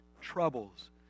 troubles